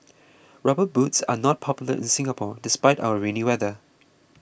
rubber boots are not popular in Singapore despite our rainy weather